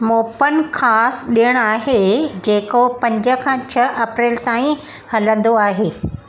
मोपन ख़ासि ॾिणु आहे जेको पंज खां छह अप्रैल ताईं हलंदो आहे